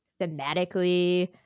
thematically